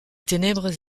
ténèbres